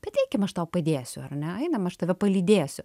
bet eikim aš tau padėsiu ar ne einam aš tave palydėsiu